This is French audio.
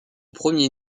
premier